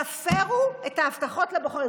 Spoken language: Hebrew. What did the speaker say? תפרו את ההבטחות לבוחרים.